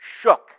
shook